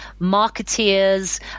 marketeers